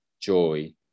joy